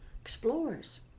explorers